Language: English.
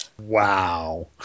Wow